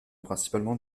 principalement